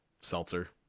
seltzer